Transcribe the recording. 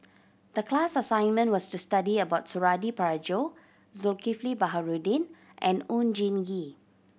the class assignment was to study about Suradi Parjo Zulkifli Baharudin and Oon Jin Gee